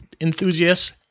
enthusiasts